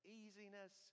easiness